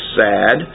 sad